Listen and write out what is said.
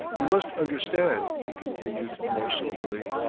you must understand, he continued more soberly,